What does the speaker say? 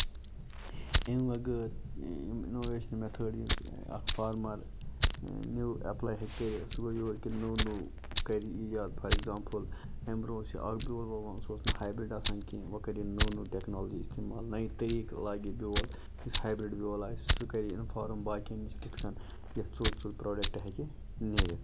أمۍ بغٲر یِم اِنووینشَن میتھڑ یس اکھ فارمَر نِو ایپلاے ہیٚکہِ کٔرِتھ سُہ گوٚو یورٕ کہِ نوٚو نوٚو کرِ اِجاد فار اٮ۪کزامپٔل اَمہِ برونہہ اوس یہ اکھ بیول وَوان سُہ اوس نہٕ ہایبرڈ آسان کیٚنہہ وۄنۍ کرِ نوٚو نوٚو ٹیکنولجی اِستعمال نَوِ طریٖقہٕ لاگہِ بیول یُس ہایبرڈ بیول آسہِ سُہ کرِ اِنفارٕم باقین نِش کِتھ کَنۍ یہِ ژوٚر ژوٚر پروڈَکٹ ہیٚکہِ نیٖرِتھ